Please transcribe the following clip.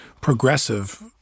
progressive